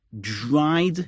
dried